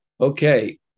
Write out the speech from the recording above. okay